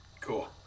Cool